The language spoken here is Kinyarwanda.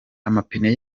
amapine